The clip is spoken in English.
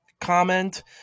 comment